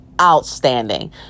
outstanding